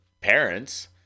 parents